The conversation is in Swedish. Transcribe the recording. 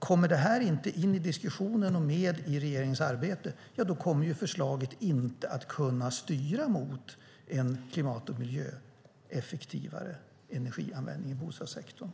Kommer det här inte in i diskussionen om el i regeringens arbete kommer förslaget inte att kunna styra mot en klimat och miljöeffektivare energianvändning i bostadssektorn.